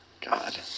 God